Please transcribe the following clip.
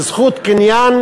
בזכות קניין